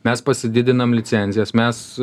mes pasididinam licenzijas mes